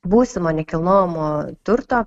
būsimo nekilnojamo turto